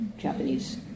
Japanese